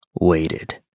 Waited